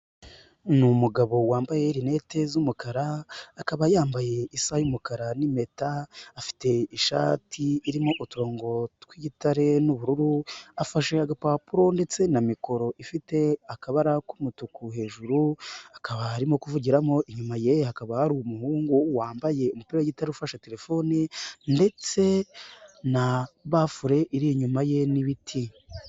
Ni umugabo wambaye rinete z'umukara akaba yambaye isaha y'umukara n'impeta, afite ishati irimo uturongo tw'igitare n'ubururu, afashe agapapuro ndetse na mikoro ifite akabara k'umutuku hejuru, akaba arimo kuvugiramo inyuma ye hakaba hari umuhungu wambaye umupira w'igitare ufashe telefoni, ndetse na bafule iri inyuma ye n'ibiti.